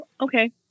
Okay